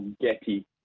Getty